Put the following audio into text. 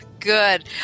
Good